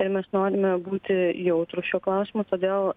mes norime būti jautrūs šiuo klausimu todėl